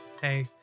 Hey